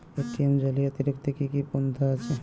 ATM জালিয়াতি রুখতে কি কি পন্থা আছে?